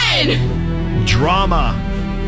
drama